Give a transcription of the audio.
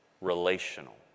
relational